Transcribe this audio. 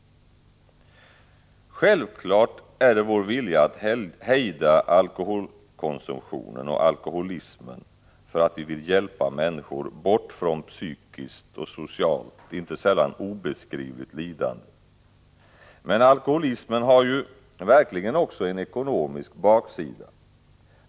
Självfallet är det vår vilja att hejda alkoholkonsumtionen och alkoholismen därför att vi vill hjälpa människor bort från psykiskt och socialt, inte sällan obeskrivligt, lidande. Men alkoholismen har verkligen också en ekonomisk baksida.